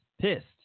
pissed